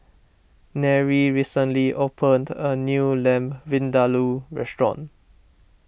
Nery recently opened a new Lamb Vindaloo restaurant